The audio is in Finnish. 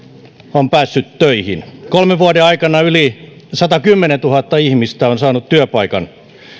on päässyt töihin kolmen vuoden aikana yli satakymmentätuhatta ihmistä on saanut työpaikan